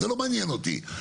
זה לא מעניין אותי.